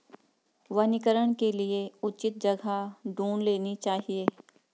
वनीकरण के लिए उचित जगह ढूंढ लेनी चाहिए